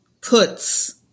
puts